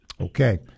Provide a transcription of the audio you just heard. Okay